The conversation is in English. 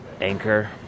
Anchor